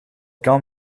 kan